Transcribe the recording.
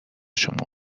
شما